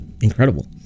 incredible